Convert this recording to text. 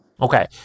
Okay